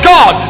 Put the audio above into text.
God